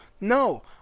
No